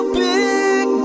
big